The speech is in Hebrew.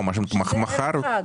זה ערב חג